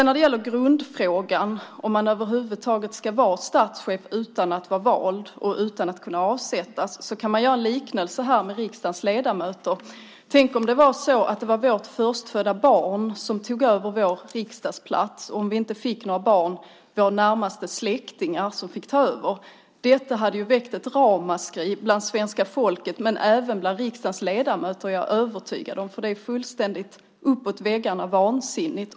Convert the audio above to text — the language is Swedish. När det gäller grundfrågan, om man över huvud taget ska vara statschef utan att vara vald och utan att kunna avsättas, kan man göra en liknelse med riksdagens ledamöter. Tänk om det var så att det var våra förstfödda barn som tog över våra riksdagsplatser och, om vi inte fick några barn fick våra närmaste släktingar ta över. Detta hade ju väckt ett ramaskri från svenska folket, och även bland riksdagens ledamöter är jag övertygad om, för det vore ju fullständigt uppåt väggarna vansinnigt.